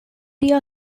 area